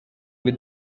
with